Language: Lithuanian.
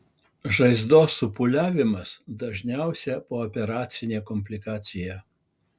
žaizdos supūliavimas dažniausia pooperacinė komplikacija